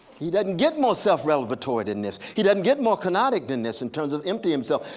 he doesn't get more self-revelatory than this. he doesn't get more cognetic than this in terms of emptying himself.